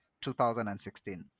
2016